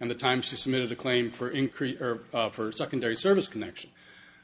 and the time she submitted a claim for increase or for secondary service connection